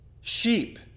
sheep